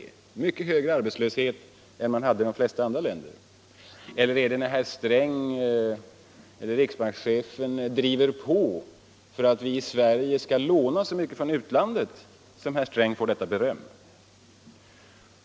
Vi hade då mycket högre arbetslöshet än man hade i de flesta andra länder. Eller är det för att herr Sträng och riksbankschefen driver på så att vi i Sverige lånar så mycket från utlandet som herr Sträng får detta beröm?